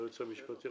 היועץ המשפטי,